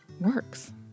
works